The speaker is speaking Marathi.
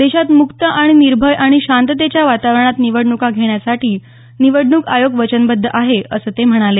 देशात मुक्त आणि निर्भय आणि शांततेच्या वातावरणात निवडण्का घेण्यासाठी निवडणूक आयोग वचनबद्ध आहे असं ते म्हणाले